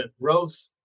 growth